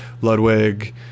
Ludwig